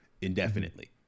indefinitely